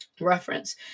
Reference